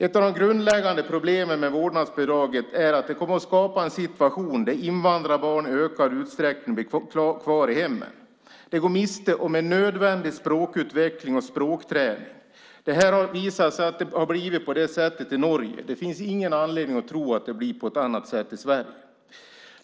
Ett av de grundläggande problemen med vårdnadsbidraget är att det kommer att skapa en situation där invandrarbarn i ökad utsträckning blir kvar i hemmen. De går miste om nödvändig språkutveckling och språkträning. Det har blivit på det sättet i Norge, och det finns ingen anledning att tro att det blir på ett annat sätt i Sverige.